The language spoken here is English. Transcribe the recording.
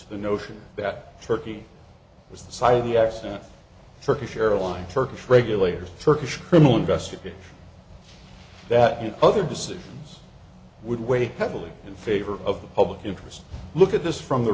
the notion that turkey was the site of the accident turkish airline turkish regulators turkish criminal investigation that you other decisions would weigh heavily in favor of the public interest look at this from the